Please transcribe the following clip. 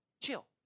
Chill